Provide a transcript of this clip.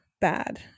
bad